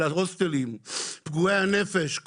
ההוסטלים ופגועי הנפש,